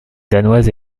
danoise